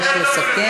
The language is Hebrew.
אני מבקשת לסכם.